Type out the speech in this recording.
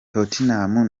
tottenham